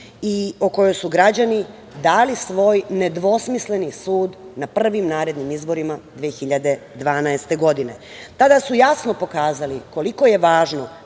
i o kojoj su građani dali svoj nedvosmisleni sud na prvim narednim izborima 2012. godine. Tada su jasno pokazali koliko je važno